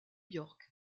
york